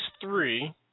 three